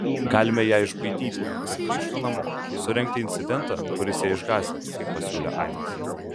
galime ją išbaidyti kad grįžtų namo surengti incidentą kuris ją išgąsdintų pasiūlė ainas